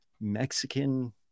Mexican